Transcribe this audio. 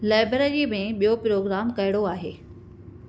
लैब्रेरीअ में ॿियो प्रोग्राम कहिड़ो आहे